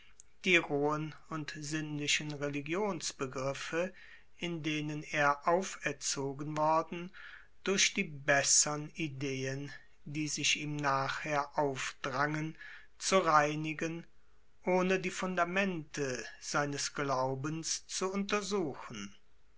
die rohen und sinnlichen religionsbegriffe in denen er auferzogen worden durch die bessern ideen die sich ihm nachher aufdrangen zu reinigen ohne die fundamente seines glaubens zu untersuchen